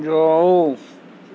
جاؤ